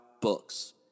books